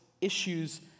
issues